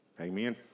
Amen